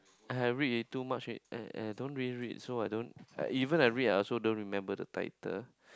I have read already too much I I don't really read so I don't even I read I also don't remember the title